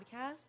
podcast